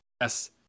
yes